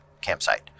campsite